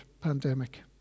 pandemic